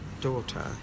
daughter